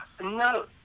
No